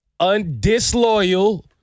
undisloyal